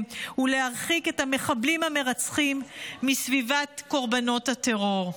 ולהרחיק את המחבלים המרצחים מסביבת קורבנות הטרור.